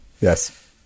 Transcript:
Yes